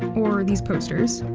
or these posters.